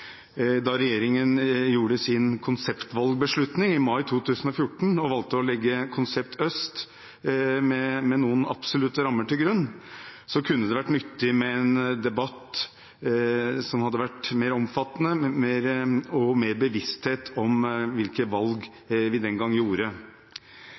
da regjeringen gjorde sin konseptvalgbeslutning i mai 2014 og valgte å legge Konsept Øst med noen absolutte rammer til grunn, kunne det vært nyttig med en mer omfattende debatt og mer bevissthet om hvilke valg vi den gang gjorde.